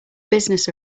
business